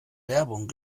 werbung